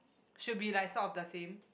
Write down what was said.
should be like sort of the same